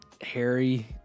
Harry